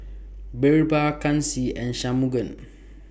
Birbal Kanshi and Shunmugam